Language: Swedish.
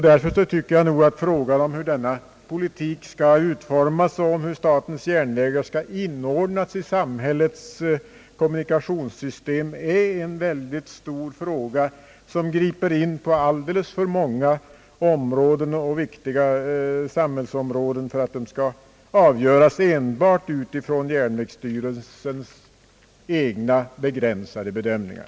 Därför tycker jag att frågan om hur denna politik skall utformas och om hur statens järnvägar skall inordnas i samhällets kommunikationssystem är en mycket stor fråga som griper in på alldeles för många och viktiga samhällsområden för att den skall kunna avgöras enbart utifrån järnvägsstyrelsens egna begränsade bedömningar.